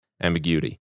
ambiguity